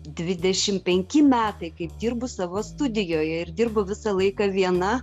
dvidešim penki metai kaip dirbu savo studijoje ir dirbu visą laiką viena